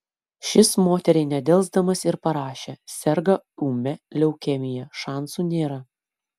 šis moteriai nedelsdamas ir parašė serga ūmia leukemija šansų nėra